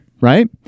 Right